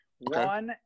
One